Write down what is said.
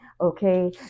okay